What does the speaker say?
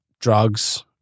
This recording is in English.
drugs